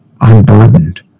unburdened